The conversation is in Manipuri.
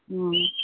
ꯑꯥ